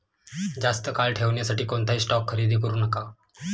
जास्त काळ ठेवण्यासाठी कोणताही स्टॉक खरेदी करू नका